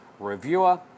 reviewer